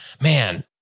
Man